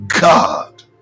god